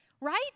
Right